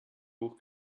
hoch